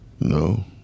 no